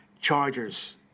Chargers